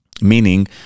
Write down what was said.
meaning